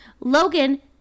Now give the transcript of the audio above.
Logan